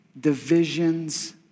divisions